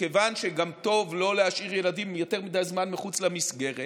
שכיוון שגם טוב לא להשאיר ילדים יותר מדי זמן מחוץ למסגרת,